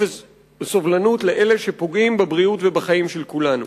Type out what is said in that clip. אפס סובלנות לאלה שפוגעים בבריאות ובחיים של כולנו.